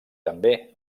també